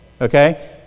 Okay